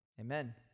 Amen